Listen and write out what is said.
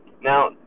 Now